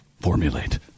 formulate